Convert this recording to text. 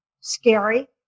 scary